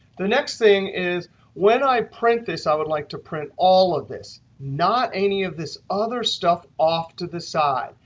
the next thing is when i print this, i would like to print all of this, not any of this other stuff off to the side.